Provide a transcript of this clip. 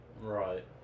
Right